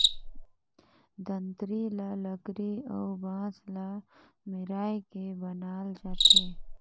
दँतरी ल लकरी अउ बांस ल मेराए के बनाल जाथे